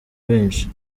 benshi